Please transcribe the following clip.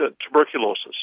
tuberculosis